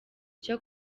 cyo